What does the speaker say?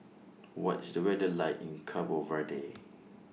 What IS The weather like in Cabo Verde